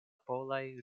polaj